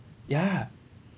ya